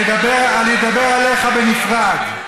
אני אדבר עליך בנפרד.